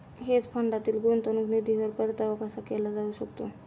Hedge फंडातील गुंतवणूक निधीवर परतावा कसा केला जाऊ शकतो?